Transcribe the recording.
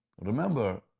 Remember